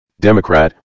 Democrat